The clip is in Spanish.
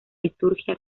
liturgia